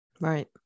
Right